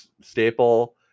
staple